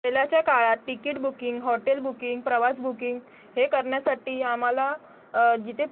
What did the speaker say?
पहिलाच्या काळात ticket booking hotel booking प्रवास booking हे करण्यासाठी आम्हाला जिथे